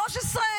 כמו ערוץ 13,